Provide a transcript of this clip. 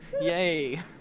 yay